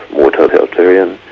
more totalitarian,